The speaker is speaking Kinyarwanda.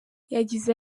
yagize